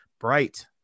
bright